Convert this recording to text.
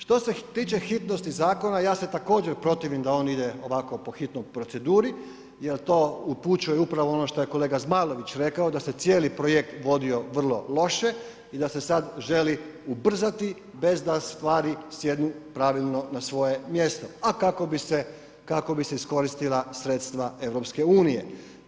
Što se tiče hitnosti zakona, ja se također protivim da on ide ovako po hitnoj proceduri jer to upućuje upravo ono što je kolega Zmajlović rekao, da se cijeli projekt vodio vrlo loše i da se sad želi ubrzati bez da stvari sjednu pravilno na svoje mjesto a kako bi se iskoristila sredstva EU-a.